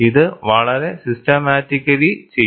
ഇത് വളരെ സിസ്റ്റമാറ്റിക്കലി ചെയ്തു